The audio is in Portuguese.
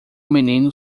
menino